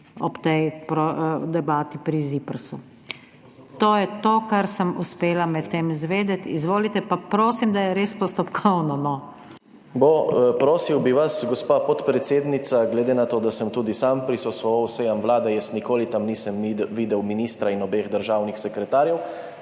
ob tej debati pri ZIPRS. To je to, kar sem uspela med tem izvedeti. Izvolite. Pa prosim, da je res postopkovno, no. ŽAN MAHNIČ (PS SDS): Bo. Prosil bi vas, gospa podpredsednica, glede na to, da sem tudi sam prisostvoval sejam Vlade in da jaz nikoli tam nisem videl ministra in obeh državnih sekretarjev.